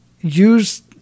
use